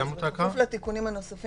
כפוף לתיקונים הנוספים